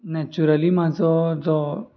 naturally म्हजो जो